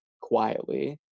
quietly